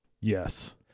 Yes